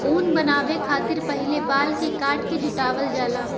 ऊन बनावे खतिर पहिले बाल के काट के जुटावल जाला